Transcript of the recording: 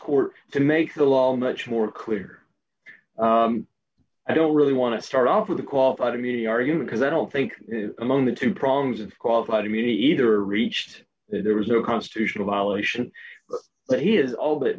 court to make the law a much more clear i don't really want to start off with a qualified immunity argument because i don't think among the two prongs of qualified immunity either reached there was no constitutional violation but he is all that